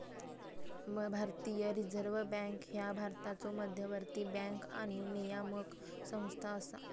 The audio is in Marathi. भारतीय रिझर्व्ह बँक ह्या भारताचो मध्यवर्ती बँक आणि नियामक संस्था असा